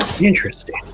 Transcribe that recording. Interesting